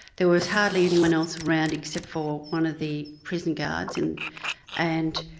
there was hardly anyone else around except for one of the prison guards and and